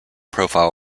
profile